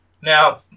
Now